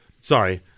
Sorry